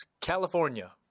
California